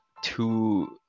two